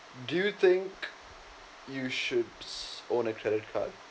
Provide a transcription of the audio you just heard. do you think you should own a credit card